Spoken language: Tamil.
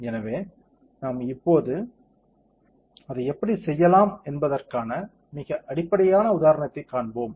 எனவே நாம் இப்போது அதை எப்படிச் செய்யலாம் என்பதற்கான மிக அடிப்படையான உதாரணத்தைக் காண்போம்